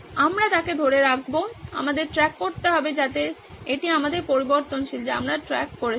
আমরা তাকে ধরে রাখব আমাদের ট্র্যাক করতে হবে যাতে এটি আমাদের পরিবর্তনশীল যা আমরা ট্র্যাক করছি